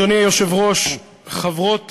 אדוני היושב-ראש, חברות